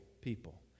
people